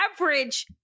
average